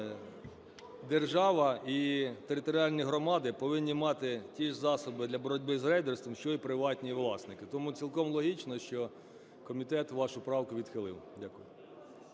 держава і територіальні громади повинні мати ті ж засоби для боротьби з рейдерством, що й приватні власники. Тому цілком логічно, що комітет вашу правку відхилив. Дякую.